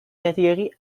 catégorie